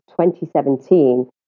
2017